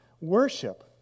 worship